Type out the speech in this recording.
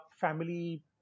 family